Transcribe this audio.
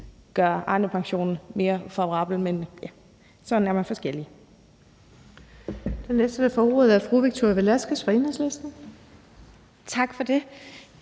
gøre Arnepensionen mere favorabel, men sådan er vi så forskellige.